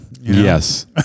Yes